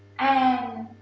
and,